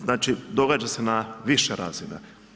Znači, događa se na više razina.